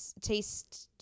taste